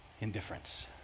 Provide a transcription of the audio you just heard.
indifference